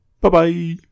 Bye-bye